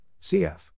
cf